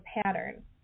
pattern